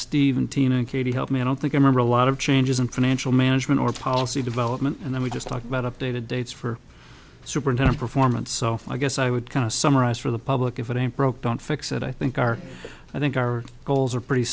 steve and tina katie help me i don't think i remember a lot of changes in financial management or policy development and then we just talk about updated dates for superintendent performance so i guess i would kind of summarize for the public if it ain't broke don't fix it i think our i think our goals are pretty